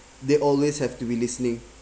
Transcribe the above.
they always have to be listening